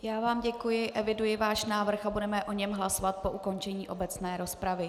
Já vám děkuji, eviduji váš návrh a budeme o něm hlasovat po ukončení obecné rozpravy.